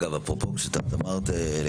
אפרופו מה שאת אמרת,